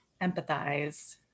empathize